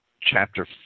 Chapter